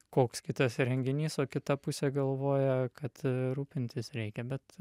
koks kitas renginys o kita pusė galvoja kad rūpintis reikia bet